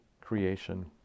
creation